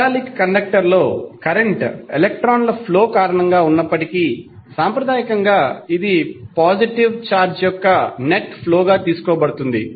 metallic కండక్టర్లో current ఎలక్ట్రాన్ల flow కారణంగా ఉన్నప్పటికీ సాంప్రదాయకంగా ఇది పాజిటివ్ చార్జ్ యొక్క నెట్ ఫ్లో గా తీసుకోబడుతుంది